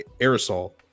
aerosol